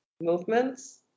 movements